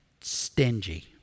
stingy